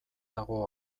dago